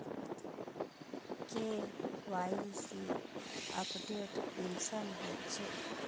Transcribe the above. KYC update कुंसम होचे?